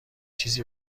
چیزی